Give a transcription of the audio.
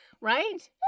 Right